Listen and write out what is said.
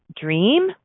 dream